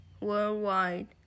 worldwide